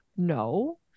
No